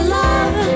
love